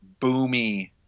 boomy